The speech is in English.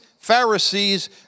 Pharisees